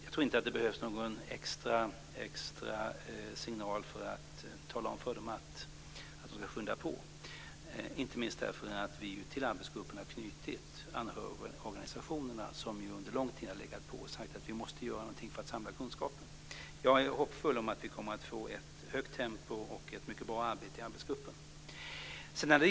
Jag tror inte att det behövs någon extra signal till gruppen för att tala om för den att man måste skynda på, inte minst därför att vi ju till arbetsgruppen har knutit anhörigorganisationerna, som ju under lång tid har legat på och sagt att vi måste göra någonting för att samla kunskapen. Jag är hoppfull om att vi kommer att få ett högt tempo och ett mycket bra arbete i arbetsgruppen.